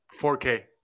4K